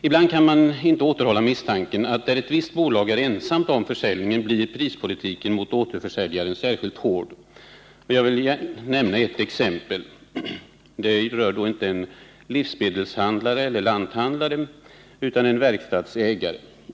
Ibland kan man inte återhålla misstanken, att där ett visst bolag är ensamt om försäljningen blir prispolitiken mot återförsäljaren särskilt hård. Jag vill nämna ett exempel. Det rör då inte en livsmedelshandlare eller lanthandlare utan en verkstadsägare.